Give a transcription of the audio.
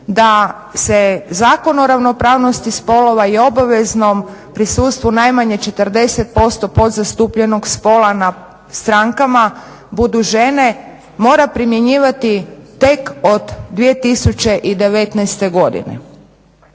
da se Zakon o ravnopravnosti spolova i obaveznom prisustvu najmanje 40% podzastupljenog spola na strankama budu žene, mora primjenjivati tek od 2019.godine.